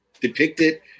depicted